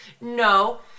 no